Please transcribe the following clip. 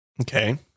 Okay